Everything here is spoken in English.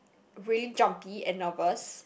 really jumpy and nervous